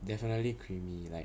definitely creamy like